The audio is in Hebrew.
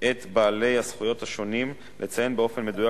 את בעלי הזכויות השונים לציין באופן מדויק